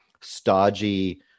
stodgy